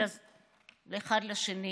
ואחד לאחר.